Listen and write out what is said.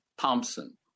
Thompson